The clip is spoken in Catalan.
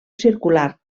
circular